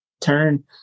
turn